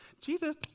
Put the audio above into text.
Jesus